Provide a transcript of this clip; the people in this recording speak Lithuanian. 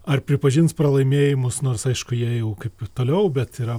ar pripažins pralaimėjimus nors aišku jie jau kaip toliau bet yra